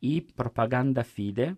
į propaganda fide